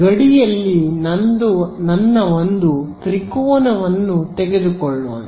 ಗಡಿಯಲ್ಲಿಒಂದು ತ್ರಿಕೋನವಿದೆ ಎoದುಕೊಳ್ಳೋಣ